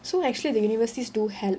so actually the universities do help